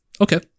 Okay